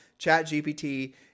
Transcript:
ChatGPT